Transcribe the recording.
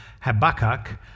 Habakkuk